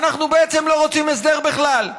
אנחנו בעצם לא רוצים הסדר בכלל.